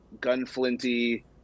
gun-flinty